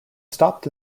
stopped